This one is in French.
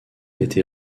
été